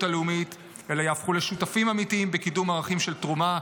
הלאומית אלא יהפכו לשותפים אמיתיים בקידום ערכים של תרומה,